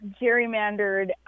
gerrymandered